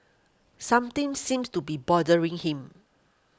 something seems to be bothering him